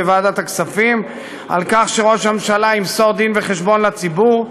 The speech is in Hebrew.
בוועדת הכספים על כך שראש הממשלה ימסור דין-וחשבון לציבור,